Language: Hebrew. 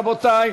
רבותי,